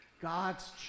God's